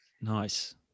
nice